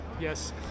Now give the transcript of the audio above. yes